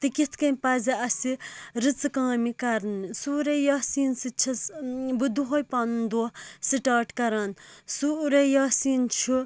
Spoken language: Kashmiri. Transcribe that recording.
تہٕ کِتھٕ کٔنۍ پَزِ اَسہِ رٔژٕ کامہِ کَرنہِ سورہ یاسیٖن سٍتۍ چھَس بہٕ دۅہٕے پَنُن دۄہ سِٹاٹ کَران سورہ یاسیٖن چھُ